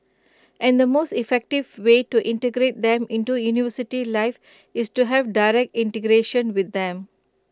and the most effective way to integrate them into university life is to have direct integration with them